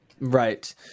Right